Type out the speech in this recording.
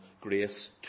grace